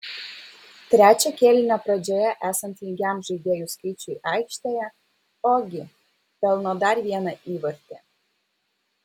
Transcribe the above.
trečio kėlinio pradžioje esant lygiam žaidėjų skaičiui aikštėje ogi pelno dar vieną įvartį